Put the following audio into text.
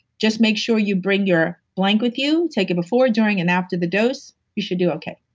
just make sure you bring your blank with you. take it before, during, and after the dose. you should do okay.